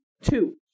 two